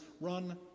run